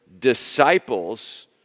disciples